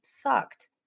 sucked